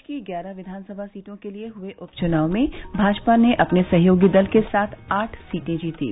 प्रदेश की ग्यारह विधानसभा सीटों के लिये हुए उप चुनाव में भाजपा ने अपने सहयोगी दल के साथ आठ सीटें जीतीं